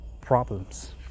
problems